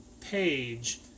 page